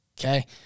Okay